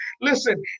Listen